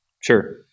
Sure